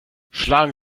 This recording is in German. schlagen